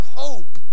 hope